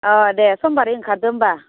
अ दे समबारै ओंखारदो होनबा